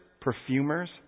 perfumers